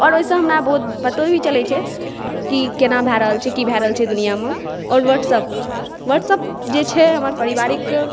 आओर ओहिसँ हमरा बहुत पतो भी चलै छै कि केना भए रहल छै की भए रहल छै दुनिआँमे आओर वाट्सअप वाट्सअप जे छै हमर पारिवारिक